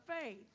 faith